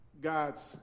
God's